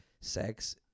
sex